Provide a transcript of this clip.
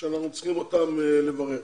שאנחנו צריכים אותם לברר.